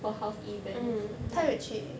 for house event